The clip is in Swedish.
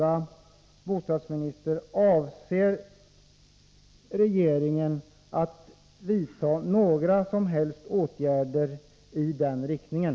Avser regeringen att vidta några som helst åtgärder i den riktningen?